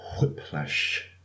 whiplash